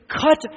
cut